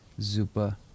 Zupa